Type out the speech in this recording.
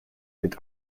mit